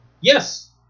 Yes